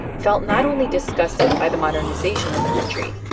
felt not only disgusted by the modernization in the country,